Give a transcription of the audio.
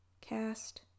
cast